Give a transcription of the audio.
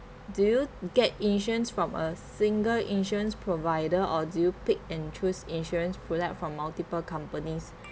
do you get insurance from a single insurance provider or do you pick and choose insurance product from multiple companies